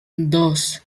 dos